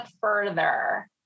further